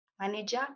manager